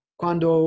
quando